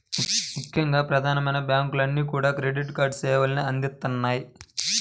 ముఖ్యంగా ప్రధానమైన బ్యాంకులన్నీ కూడా క్రెడిట్ కార్డు సేవల్ని అందిత్తన్నాయి